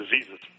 diseases